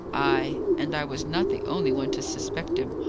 ay. and i was not the only one to suspect him,